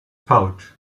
pouch